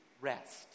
rest